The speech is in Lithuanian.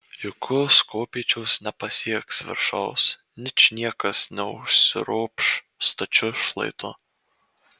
jokios kopėčios nepasieks viršaus ničniekas neužsiropš stačiu šlaitu